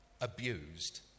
abused